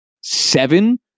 seven